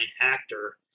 actor